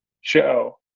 show